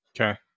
Okay